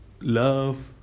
love